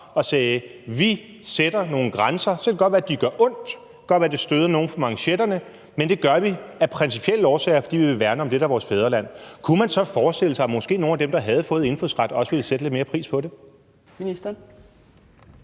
og sagde: Vi sætter nogle grænser, og så kan det godt være, at det gør ondt, og det kan godt være, at det støder nogle på manchetterne, men det gør vi af principielle årsager, fordi vi vil værne om det, der er vores fædreland? Kunne man så forestille sig, at måske nogle af dem, der havde fået indfødsret, også ville sætte lidt mere pris på det?